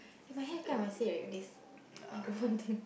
eh my hair is kinda messy right with this microphone thing